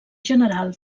general